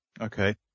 Okay